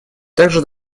также